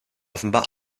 offenbar